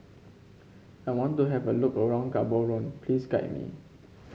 I want to have a look around Gaborone please guide me